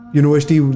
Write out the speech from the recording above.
university